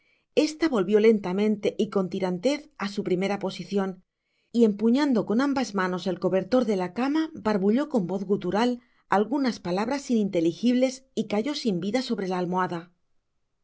esta volvió lentamente y con tirantez á su primera posicion y empuñando con ambas manos el cobertor de la cama barbulló con voz gutural algunas palabras ininteligibles y cayó sin vida sobre la almohada